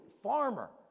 farmer